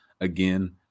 again